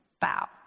bow